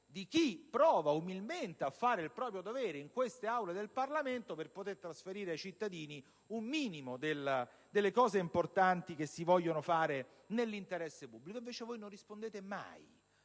a chi prova umilmente a fare il proprio dovere in queste Aule del Parlamento per poter trasferire ai cittadini un minimo delle cose importanti che si vogliono fare nell'interesse pubblico. Voi invece non rispondete mai.